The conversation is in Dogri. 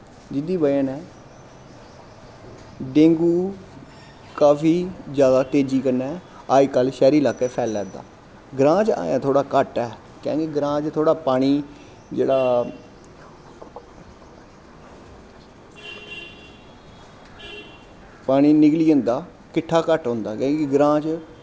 जेह्दी बजह नै डेंगू काफी जैदा तेजी कन्नै अजकल्ल शैह्री लाक्कै फैला दा ग्रांऽ च अजैं घट्ट ऐ क्योंकि ग्रांऽ च थोह्ड़ा पानी जेह्ड़ा पानी निकली जंदा किट्ठा घट्ट होंदा क्योंकि ग्रांऽ च